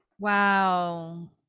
wow